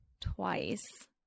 twice